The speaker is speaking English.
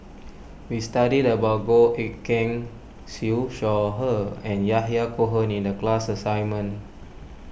we studied about Goh Eck Kheng Siew Shaw Her and Yahya Cohen in the class assignment